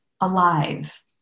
alive